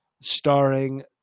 starring